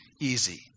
easy